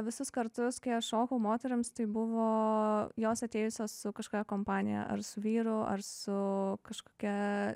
visus kartu kai aš šokau moterims tai buvo jos atėjusios su kažkokia kompanija ar su vyru ar su kažkokia